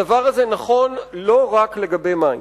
הדבר הזה נכון לא רק לגבי מים.